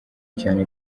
cyane